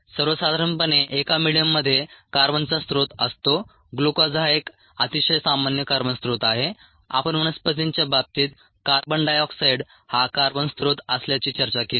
सर्वसाधारणपणे एका मिडीयममध्ये कार्बनचा स्त्रोत असतो ग्लुकोज हा एक अतिशय सामान्य कार्बन स्त्रोत आहे आपण वनस्पतींच्या बाबतीत कार्बन डायऑक्साईड हा कार्बन स्त्रोत असल्याची चर्चा केली